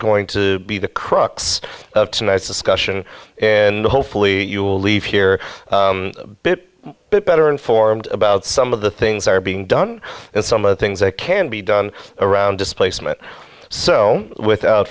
going to be the crux of tonight's discussion and hopefully you'll leave here bit better informed about some of the things are being done and some of the things that can be done around displacement so without